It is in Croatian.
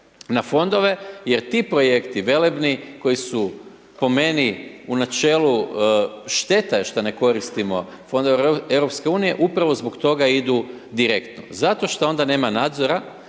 na fondove jer ti projekti velebni koji su po meni u načelu, šteta je što ne koristimo fondove EU, upravo zbog toga idu direktno. Zato što onda nema nadzora,